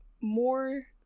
more